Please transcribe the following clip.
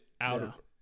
out